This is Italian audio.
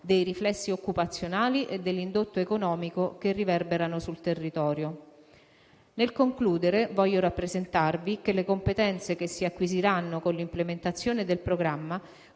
dei riflessi occupazionali e dell'indotto economico che riverberano sul territorio. Nel concludere voglio rappresentarvi che le competenze che si acquisiranno con l'implementazione del programma